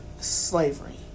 slavery